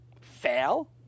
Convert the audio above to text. fail